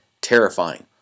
terrifying